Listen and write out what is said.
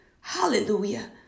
Hallelujah